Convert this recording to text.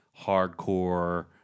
hardcore